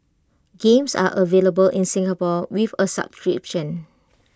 games are available in Singapore with A subscription